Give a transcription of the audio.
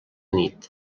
nit